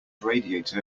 radiator